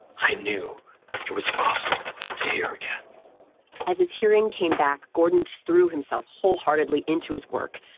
i knew it was possible to hear again as his hearing came back, gordon threw himself wholeheartedly into his work.